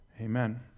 amen